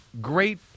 great